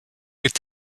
est